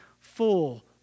full